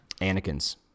Anakin's